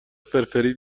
فرفری